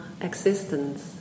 existence